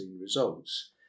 results